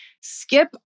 skip